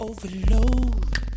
Overload